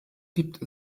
gibt